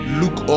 look